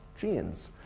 genes